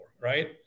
right